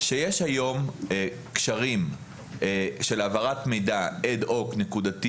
שיש היום קשרים של העברת מידע אד הוק נקודתי